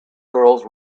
girls